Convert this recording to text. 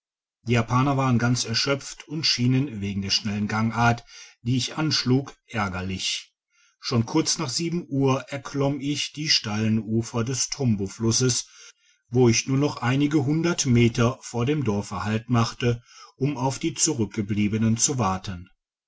die japaner waren ganz erschöpft und schienen wegen der schnellen gangart die ich anschlug ärgerlich schon kurz nach uhr erklomm ich die steilen ufer des tombo fiusses wo ich nur noch einige hundert meter vor dem dorfe halt machte um auf die zurückgebliebenen zu warten